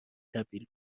تبدیل